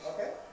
Okay